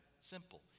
simple